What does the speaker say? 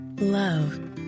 Love